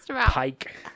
Pike